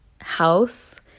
house